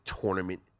tournament